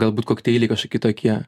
galbūt kokteiliai kitokie